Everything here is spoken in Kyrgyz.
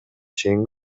чейин